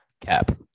Cap